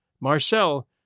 Marcel